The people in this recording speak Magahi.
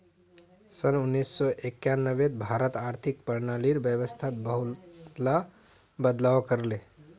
सन उन्नीस सौ एक्यानवेत भारत आर्थिक प्रणालीर व्यवस्थात बहुतला बदलाव कर ले